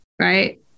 right